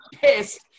pissed